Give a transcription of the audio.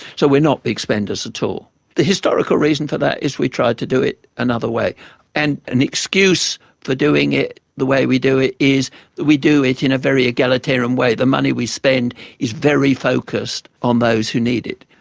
so we're not big spenders the historical reason for that is we tried to do it another way and an excuse for doing it the way we do it is that we do it in a very egalitarian way. the money we spend is very focused on those who need it.